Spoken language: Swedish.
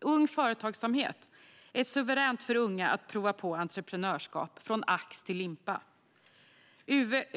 Ung Företagsamhet är ett suveränt sätt för unga att prova på entreprenörskap från ax till limpa.